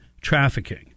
trafficking